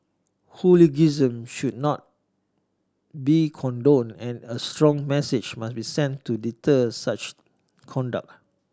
hooliganism should not be condoned and a strong message must be sent to deter such conduct